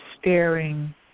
staring